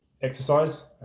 exercise